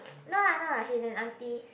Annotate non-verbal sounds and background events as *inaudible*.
*noise* no lah no lah she's an aunty